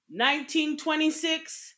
1926